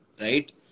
right